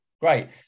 Great